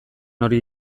hori